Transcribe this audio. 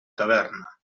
taverna